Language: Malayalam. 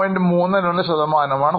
32 ശതമാനമാണ്Return